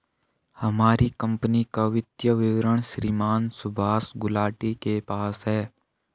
हमारी कम्पनी का वित्तीय विवरण श्रीमान सुभाष गुलाटी के पास है